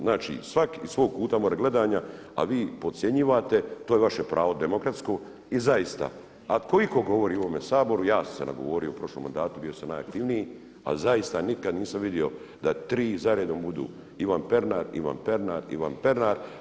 Znači svak iz svog kuta gledanja a vi podcjenjujete, to je vaše pravo demokratsko i zaista ako itko govori u ovome Saboru ja sam se nagovorio u prošlom mandatu, bio sam najaktivniji a zaista nikad nisam vidio da tri za redom budu Ivan Pernar, Ivan Pernar, Ivan Pernar.